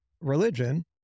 religion